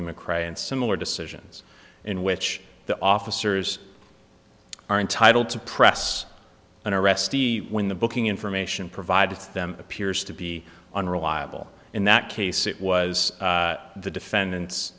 human cry and similar decisions in which the officers are entitled to press an arrestee when the booking information provided to them appears to be unreliable in that case it was the defendant